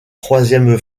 troisième